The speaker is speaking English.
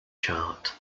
chart